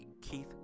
Keith